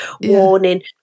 warning